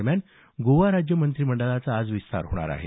दरम्यान गोवा राज्य मंत्रिमंडळाचा आज विस्तार होणार आहे